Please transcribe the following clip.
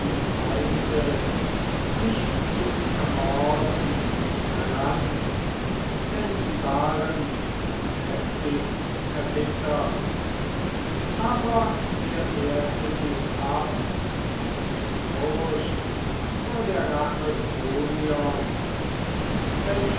die feinde mich zu ermorden heran denn sie waren noch heftig erbittert aber er wehrte sie ab aus furcht vor der rache kronions welcher